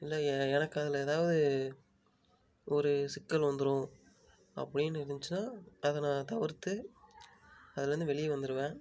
இல்லை எ எனக்கு அதில் ஏதாவது ஒரு சிக்கல் வந்துடும் அப்படினு இருந்துச்சின்னால் அதை நான் தவிர்த்து அதில் இருந்து வெளியே வந்துடுவேன்